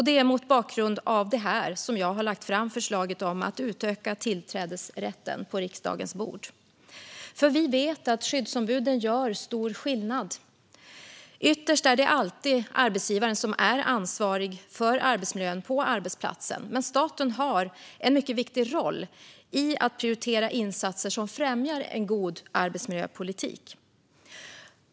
Det är mot bakgrund av detta som jag har lagt fram förslaget om att utöka tillträdesrätten på riksdagens bord. Vi vet nämligen att skyddsombuden gör stor skillnad. Ytterst är det alltid arbetsgivaren som är ansvarig för arbetsmiljön på arbetsplatsen, men staten har en mycket viktig roll i att prioritera insatser som främjar en god arbetsmiljöpolitik.